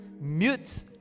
mute